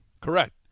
Correct